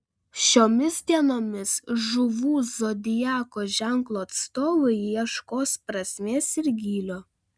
šiomis dienomis žuvų zodiako ženklo atstovai ieškos prasmės ir gylio